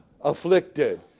afflicted